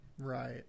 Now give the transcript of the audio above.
Right